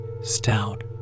stout